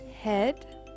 head